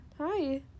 Hi